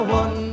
one